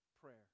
prayer